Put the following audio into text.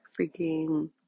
freaking